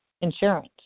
insurance